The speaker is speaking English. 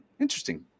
Interesting